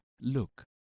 Look